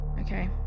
Okay